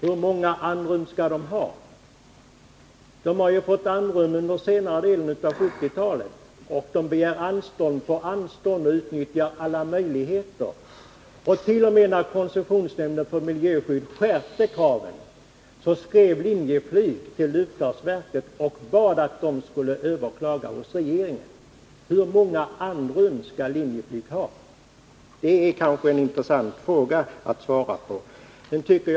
Hur mycket andrum skall Linjeflyg ha? Företaget har ju fått andrum under senare delen av 1970-talet. Det begärs anstånd på anstånd och alla möjligheter utnyttjas. T. o. m. när koncessionsnämnden för miljöskydd skärpte kraven skrev Linjeflyg till luftfartsverket och bad om ett överklagande hos regeringen. Hur mycket andrum skall Linjeflyg ha? Det skulle kanske vara intressant att få svar på den frågan.